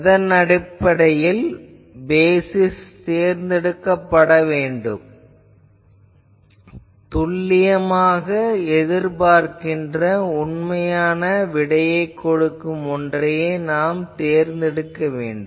எதன் அடிப்படையில் பேசிஸ் தேர்ந்தெடுக்கப்பட வேண்டும் துல்லியமாக எதிர்பார்க்கின்ற உண்மையான விடையைக் கொடுக்கும் ஒன்றையே தேர்ந்தெடுக்க வேண்டும்